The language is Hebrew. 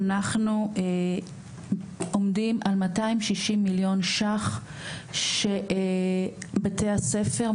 אנחנו עומדים על 260 מיליון ש"ח שבתי הספר,